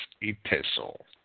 epistle